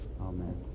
Amen